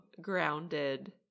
grounded